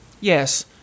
Yes